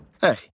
hey